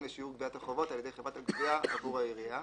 לשיעור גביית החובות על ידי חברת הגבייה עבור העירייה.